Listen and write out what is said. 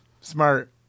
smart